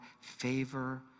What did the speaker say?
favor